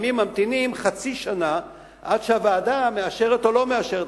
ולפעמים ממתינים חצי שנה עד שהוועדה מאשרת או לא מאשרת,